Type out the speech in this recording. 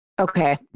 Okay